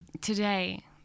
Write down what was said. today